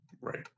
Right